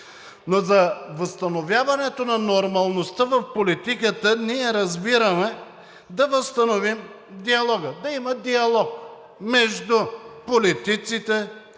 Но за възстановяването на нормалността в политиката ние разбираме да възстановим диалога, да има диалог между политиците,